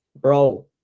bro